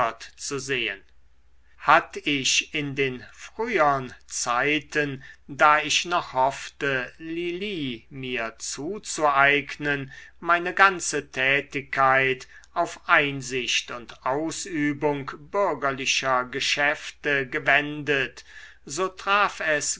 zu sehen hatt ich in den frühern zeiten da ich noch hoffte lili mir zuzueignen meine ganze tätigkeit auf einsicht und ausübung bürgerlicher geschäfte gewendet so traf es